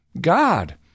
God